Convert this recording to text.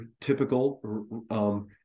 typical